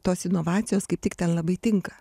tos inovacijos kaip tik ten labai tinka